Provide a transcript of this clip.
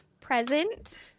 Present